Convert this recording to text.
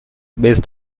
based